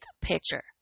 picture